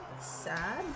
sad